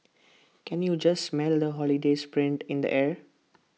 can you just smell the holiday spirit in the air